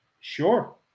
Sure